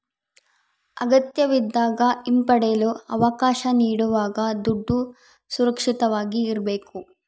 ಅಗತ್ಯವಿದ್ದಾಗ ಹಿಂಪಡೆಯಲು ಅವಕಾಶ ನೀಡುವಾಗ ದುಡ್ಡು ಸುರಕ್ಷಿತವಾಗಿ ಇರ್ಬೇಕು